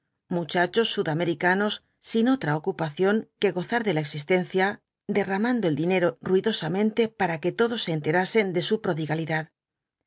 muchachos sudamericanos sin otra ocupación que gozar de la existencia derramando el dinero ruidosamente para que todos se enterasen de su prodigalidad